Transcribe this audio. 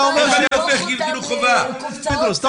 פינדרוס,